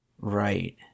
Right